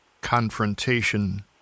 confrontation